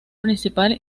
principal